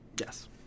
Yes